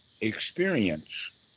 experience